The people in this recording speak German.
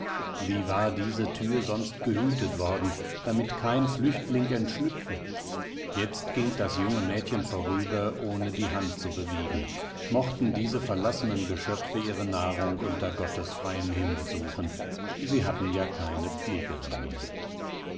wie war diese thür sonst gehütet worden damit kein flüchtling entschlüpfe jetzt ging das junge mädchen vorüber ohne die hand zu bewegen mochten diese verlassenen geschöpfe ihre nahrung unter gottes freiem himmel suchen sie hatten ja keine pflegerin mehr